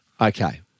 Okay